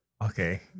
Okay